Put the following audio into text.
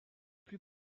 plus